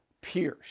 Pierce